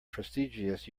prestigious